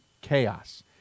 chaos